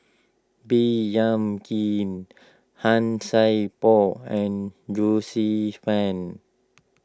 Baey Yam Keng Han Sai Por and Joyce Fan